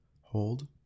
hold